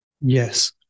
Yes